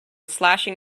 slashing